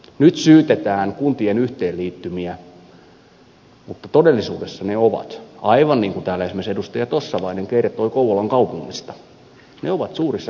nyt syytetään kuntien yhteenliittymiä mutta todellisuudessa ne ovat aivan niin kuin täällä esimerkiksi edustaja tossavainen kertoi kouvolan kaupungista suurissa kaupungeissa